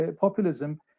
populism